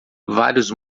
vários